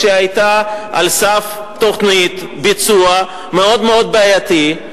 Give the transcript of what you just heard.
כשהיתה על סף תוכנית ביצוע מאוד מאוד בעייתית,